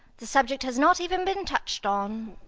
the subject has not even been touched on.